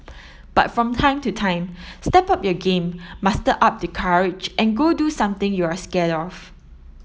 but from time to time step up your game muster up the courage and go do something you're scared of